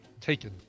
Taken